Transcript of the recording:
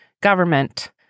government